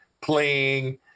playing